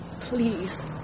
please